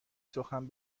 سخن